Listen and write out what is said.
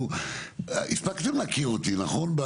הספקתם להכיר אותי נכון?